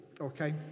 okay